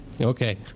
Okay